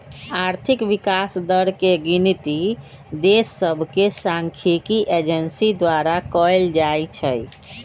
आर्थिक विकास दर के गिनति देश सभके सांख्यिकी एजेंसी द्वारा कएल जाइ छइ